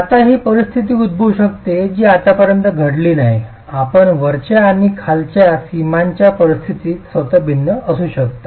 आता अशी परिस्थिती उद्भवू शकते जी आतापर्यंत घडली नाही आपल्या वरच्या आणि खालच्या सीमांच्या परिस्थिती स्वतः भिन्न असू शकतात